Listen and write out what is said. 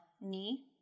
knee